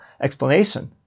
explanation